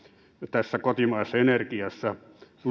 tässä kotimaisessa energiassa